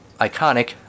iconic